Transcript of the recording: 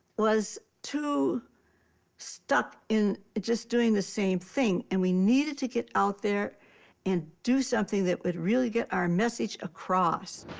was too stuck in just doing the same thing, and we needed to get out there and do something that would really get our message across.